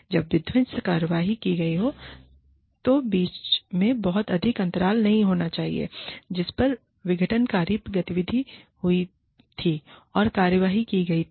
जब विध्वंसक कार्रवाई की गई है तो बीच में बहुत अधिक अंतराल नहीं होना चाहिए जिस समय विघटनकारी गतिविधि हुई थी और कार्रवाई की गई थी